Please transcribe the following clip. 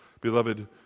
Beloved